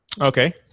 Okay